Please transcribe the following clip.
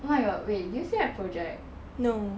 oh my god wait do you still have project